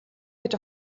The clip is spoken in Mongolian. гэж